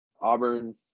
Auburn